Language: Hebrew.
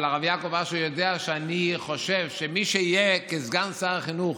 אבל הרב יעקב אשר יודע שאני חושב שמי שיהיה כסגן שר החינוך